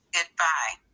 Goodbye